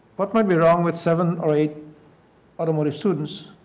what might be wrong with seven or eight automotive students